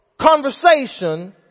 conversation